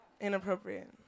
inappropriate